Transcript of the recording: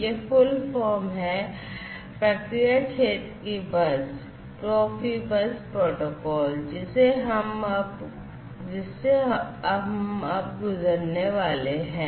यह full form है process field bus Profibus protocol जिसे हम अब गुजरने वाले हैं